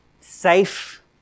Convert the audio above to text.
safe